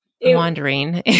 wandering